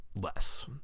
less